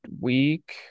week